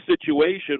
situation